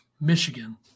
Michigan